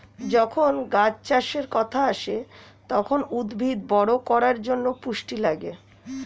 যখন গাছ চাষের কথা আসে, তখন উদ্ভিদ বড় করার জন্যে পুষ্টি লাগে